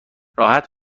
راحت